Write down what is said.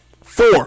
Four